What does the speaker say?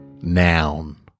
Noun